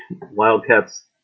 Wildcats